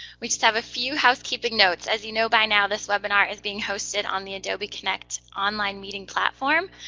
we just have a few housekeeping notes. as you know by now, this webinar is being hosted on the adobe connect online meeting platform.